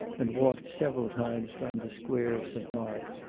and walked several times round the square of st. mark,